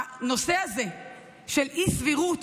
הנושא הזה של אי-סבירות,